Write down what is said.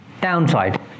downside